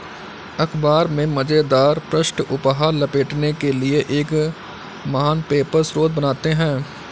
अख़बार में मज़ेदार पृष्ठ उपहार लपेटने के लिए एक महान पेपर स्रोत बनाते हैं